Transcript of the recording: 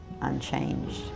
unchanged